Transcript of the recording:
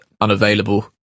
unavailable